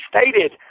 stated